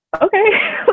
okay